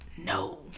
No